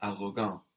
arrogant